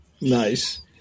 nice